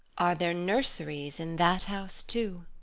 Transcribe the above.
are there nurseries in that house, too?